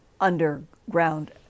underground